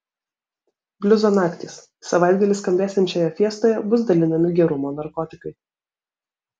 bliuzo naktys savaitgalį skambėsiančioje fiestoje bus dalinami gerumo narkotikai